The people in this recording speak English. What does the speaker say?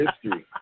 history